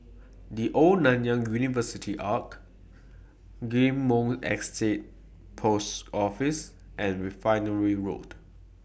The Old Nanyang University Arch Ghim Moh Estate Post Office and Refinery Road